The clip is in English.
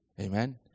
Amen